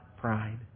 pride